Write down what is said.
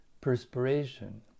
perspiration